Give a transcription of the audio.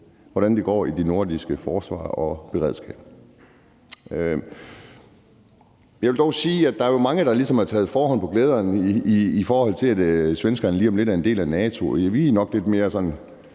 hvordan det går i det nordiske forsvar og beredskab. Jeg vil dog sige, at der er mange, der har taget forskud på glæderne, i forhold til at svenskerne lige om lidt er en del af NATO. Vi er nok enten lidt